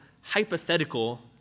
hypothetical